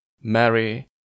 Mary